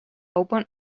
open